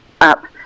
up